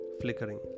flickering